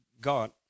God